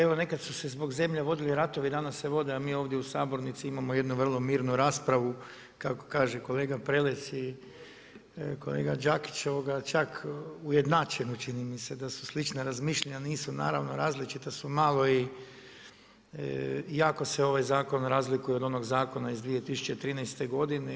Evo, nekad su se zbog zemlje vodili ratovi, a danas se vode, a mi ovdje u sabornici imamo jednu vrlo mirnu raspravu, kako kaže kolega Prelec i kolega Đakić, čak ujednačenu, čini mi se, da su slična razmišljanja, nisu naravno, različita su malo i jako se ovaj zakon razlikuje od onog zakona od 2013. godine.